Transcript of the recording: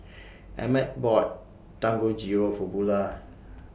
Emett bought Dangojiru For Bulah